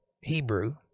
Hebrew